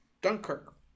Dunkirk